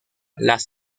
las